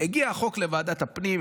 הגיע החוק לוועדת הפנים,